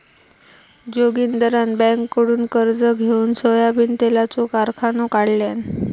जोगिंदरान बँककडुन कर्ज घेउन सोयाबीन तेलाचो कारखानो काढल्यान